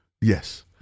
Yes